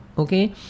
Okay